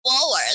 forward